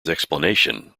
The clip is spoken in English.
explanation